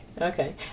Okay